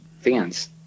fans